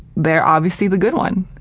they're obviously the good one.